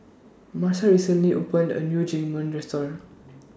Massa recently opened A New Restaurant